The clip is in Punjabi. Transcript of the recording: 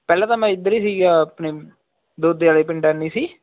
ਪਹਿਲਾਂ ਤਾਂ ਮੈਂ ਇੱਧਰ ਹੀ ਸੀਗਾ ਆਪਣੇ ਦੋਦੇਆਲੇ ਪਿੰਡ ਸੀ